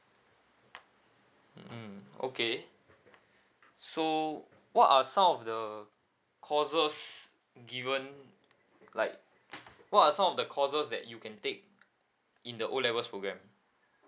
mm okay so what are some of the courses given like what are some of the courses that you can take in the O levels program